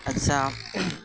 ᱟᱪᱪᱷᱟ